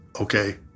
okay